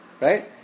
right